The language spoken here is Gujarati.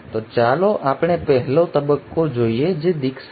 તો ચાલો આપણે પહેલો તબક્કો જોઈએ જે દીક્ષા છે